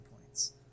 points